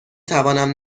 توانم